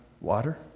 water